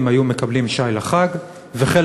הווד"לים ועכשיו בחוק